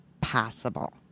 possible